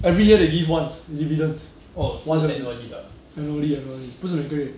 every year they give once dividends once only annually annually 不是每个月